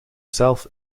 zelf